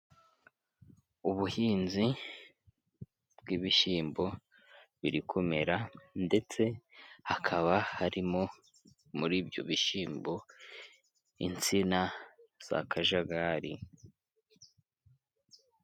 Ubuhinzi bw'ibishyimbo biri kumera, ndetse hakaba harimo muri ibyo bishyimbo, insina za kajagari.